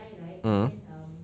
mmhmm